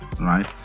right